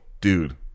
Dude